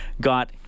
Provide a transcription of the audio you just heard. got